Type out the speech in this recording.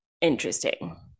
interesting